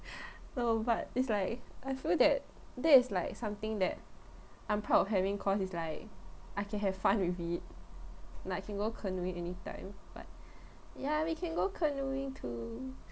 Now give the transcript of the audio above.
no but it's like I feel that that is like something that I'm proud of having cause it's like I can have fun with it like can go canoeing anytime but ya we can go canoeing too